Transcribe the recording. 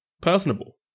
personable